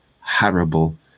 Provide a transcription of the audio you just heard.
horrible